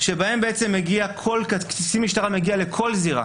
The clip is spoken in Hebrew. שבהם קצין משטרה מגיע לכל זירה